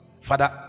Father